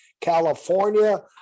California